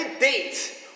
date